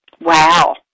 Wow